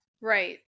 Right